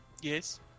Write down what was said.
Yes